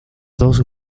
dos